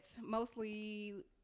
mostly